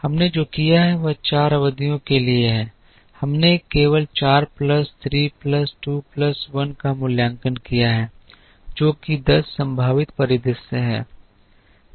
हमने जो कुछ किया है वह चार अवधियों के लिए है हमने केवल 4 प्लस 3 प्लस 2 प्लस 1 का मूल्यांकन किया है जो कि 10 संभावित परिदृश्य हैं